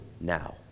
now